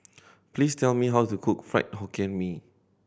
please tell me how to cook Fried Hokkien Mee